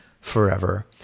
forever